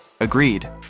Agreed